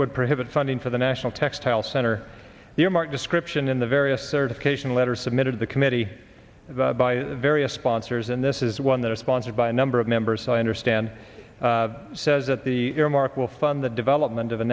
would prohibit funding for the national textile center the remark description in the various certification letter submitted the committee by various sponsors and this is one that is sponsored by a number of members i understand says that the earmark will fund the development of